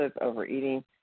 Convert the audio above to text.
overeating